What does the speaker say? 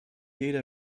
jeder